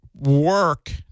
work